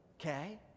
okay